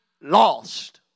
lost